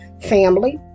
family